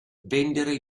vendere